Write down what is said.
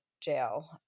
jail